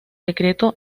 decreto